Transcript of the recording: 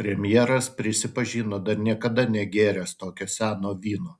premjeras prisipažino dar niekada negėręs tokio seno vyno